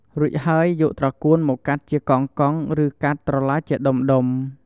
រួចហើយ យកត្រកួនមកកាត់ជាកង់ៗ ឬកាត់ត្រឡាចជាដុំៗ។